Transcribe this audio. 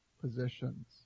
positions